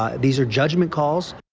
um these are judgment calls.